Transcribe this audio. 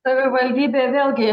savivaldybė vėlgi